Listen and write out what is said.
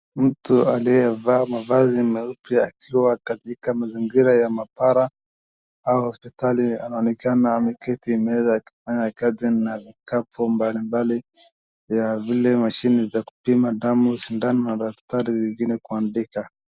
Mtu aliyevaa mavazi meupe akiwa katika mazingira ya maabara au hospitalini. Anaonekana ameketi meza akifanya kazi na vikapu mbalimbali ya vile mashine za kupima damu, sindano na daftari zingine kuandika.